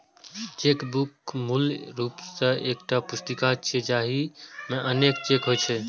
chequebook मूल रूप सं एकटा पुस्तिका छियै, जाहि मे अनेक चेक होइ छै